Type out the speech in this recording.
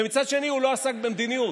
ומצד שני הוא לא עסק במדיניות.